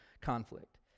conflict